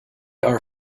are